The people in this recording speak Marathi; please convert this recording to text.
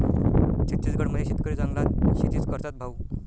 छत्तीसगड मध्ये शेतकरी जंगलात शेतीच करतात भाऊ